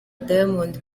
diamond